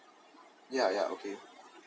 yeah yeah okay